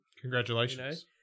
Congratulations